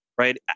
right